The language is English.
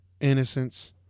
Innocence